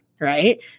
right